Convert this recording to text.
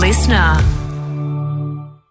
Listener